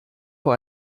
vor